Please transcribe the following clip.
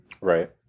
Right